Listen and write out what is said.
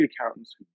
accountants